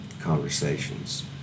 conversations